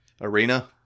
arena